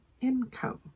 income